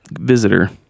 visitor